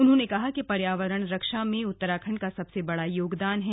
उन्होंने कहा कि पर्यावरण रक्षा में उत्तराखंड का सबसे बड़ा योगदान है